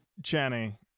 Jenny